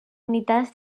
unitats